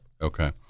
Okay